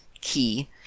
key